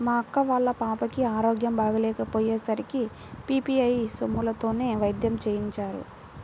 మా అక్క వాళ్ళ పాపకి ఆరోగ్యం బాగోకపొయ్యే సరికి పీ.పీ.ఐ సొమ్ములతోనే వైద్యం చేయించారు